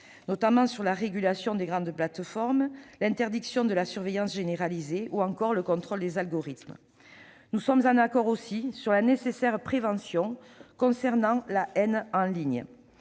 notamment sur la régulation des grandes plateformes, sur l'interdiction de la surveillance généralisée ou sur le contrôle des algorithmes. Nous sommes également d'accord sur la nécessaire prévention quant à la haine en ligne.